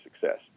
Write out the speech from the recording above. success